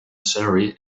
surrey